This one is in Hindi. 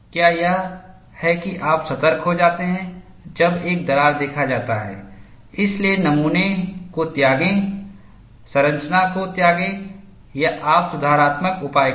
क्या यह है कि आप सतर्क हो जाते हैं जब एक दरार देखा जाता है इसलिए नमूना को त्यागें संरचना को त्यागें या आप सुधारात्मक उपाय करें